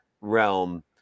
realm